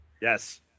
yes